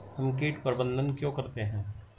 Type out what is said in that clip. हम कीट प्रबंधन क्यों करते हैं?